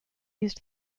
use